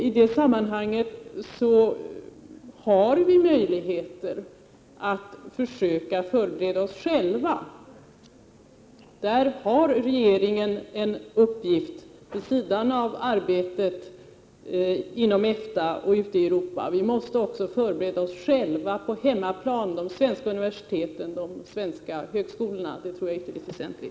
I detta sammanhang har vi möjligheter att försöka förbereda oss själva. Där har regeringen en uppgift vid sidan av arbetet inom EFTA och ute i Europa. Det är mycket väsentligt att de svenska universiteten och de svenska högskolorna på hemmaplan förbereder sig.